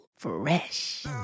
Fresh